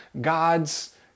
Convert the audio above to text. God's